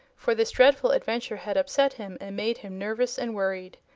for this dreadful adventure had upset him and made him nervous and worried.